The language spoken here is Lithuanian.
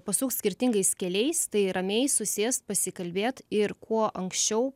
pasukt skirtingais keliais tai ramiai susės pasikalbėt ir kuo anksčiau